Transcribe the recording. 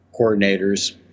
coordinators